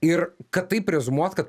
ir kad taip reziumuot kad